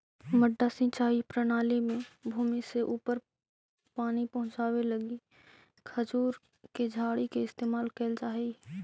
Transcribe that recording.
मड्डा सिंचाई प्रणाली में भूमि से ऊपर पानी पहुँचावे लगी खजूर के झाड़ी के इस्तेमाल कैल जा हइ